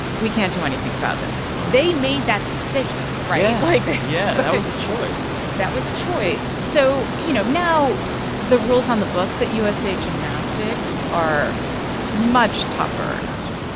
we can't do anything about this wow they made that decision, right? yeah like, they but. yeah, that was a choice that was a choice. so, you know, now the rules on the books at usa gymnastics are much tougher gotcha.